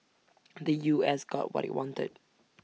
the U S got what IT wanted